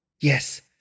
Yes